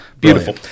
beautiful